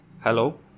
Hello